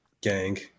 Gang